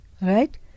right